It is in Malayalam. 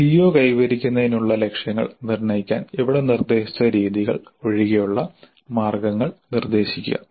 CO കൈവരിക്കുന്നതിനുള്ള ലക്ഷ്യങ്ങൾ നിർണ്ണയിക്കാൻ ഇവിടെ നിർദ്ദേശിച്ച രീതികൾ ഒഴികെയുള്ള മാർഗ്ഗങ്ങൾ നിർദ്ദേശിക്കുക